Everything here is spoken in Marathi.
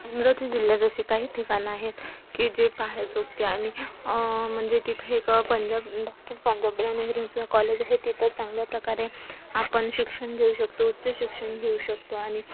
अमरावती जिल्ह्यात अशी काही ठिकाणं आहेत की जे पाहायजोगती आणि म्हणजे तिथं एक पंजाब डॉक्टर पंजाबराव नेहरूंचं कॉलेज आहे तिथं चांगल्या प्रकारे आपण शिक्षण घेऊ शकतो उच्च शिक्षण घेऊ शकतो आणि